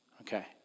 Okay